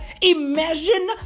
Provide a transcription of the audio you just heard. Imagine